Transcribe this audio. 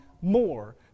more